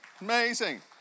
amazing